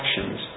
actions